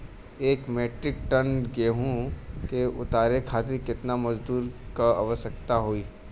एक metric ton गेहूँ के उतारे खातीर कितना मजदूर क आवश्यकता होई?